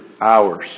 hours